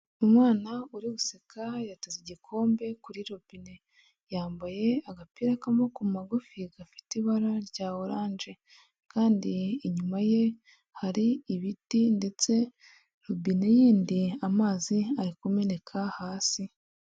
Umwana uri guseka yateze igikombe kuri robine, yambaye agapira k'amaboko magufi gafite ibara rya oranje, kandi inyuma ye hari ibiti ndetse rubine yindi amazi ari kumeneka hasi.